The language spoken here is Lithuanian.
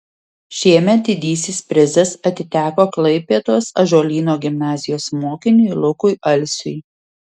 šiemet didysis prizas atiteko klaipėdos ąžuolyno gimnazijos mokiniui lukui alsiui